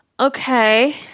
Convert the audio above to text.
Okay